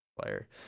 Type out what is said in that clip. player